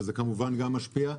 זה, כמובן, גם משפיע.